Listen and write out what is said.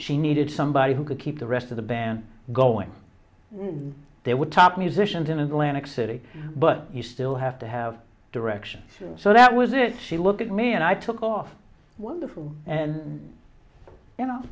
she needed somebody who could keep the rest of the band going when they were top musicians in a glen exciting but you still have to have direction so that was it she looked at me and i took off wonderful and you know